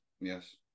Yes